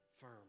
firm